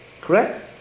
correct